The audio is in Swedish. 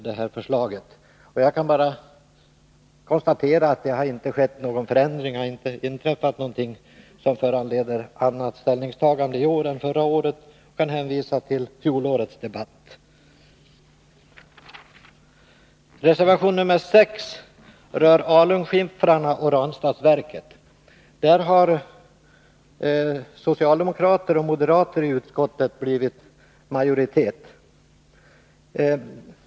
Detta förslag är centern ensam om, liksom i fjol. Det har inte inträffat något som föranleder något annat ställningstagande i år än förra året, och jag kan hänvisa till fjolårets debatt. Reservation 6 handlar om alunskiffrarna och Ranstadsverket. Beträffande denna reservation har socialdemokrater och moderater i utskottet bildat majoritet.